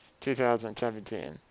2017